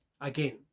again